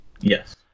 Yes